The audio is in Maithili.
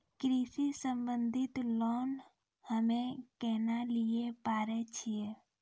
कृषि संबंधित लोन हम्मय केना लिये पारे छियै?